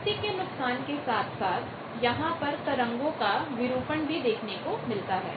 शक्ति के नुकसान के साथ साथ यहां पर तरंगों का विरूपण distortion डिस्टॉरशन भी देखने को मिलता है